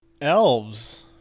Elves